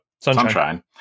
Sunshine